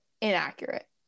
inaccurate